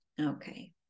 Okay